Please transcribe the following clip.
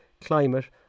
Climate